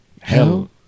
Hell